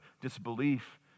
disbelief